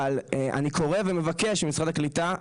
אבל אני קורא ומבקש ממשרד הקליטה,